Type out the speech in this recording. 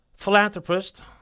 Philanthropist